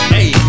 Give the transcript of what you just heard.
Hey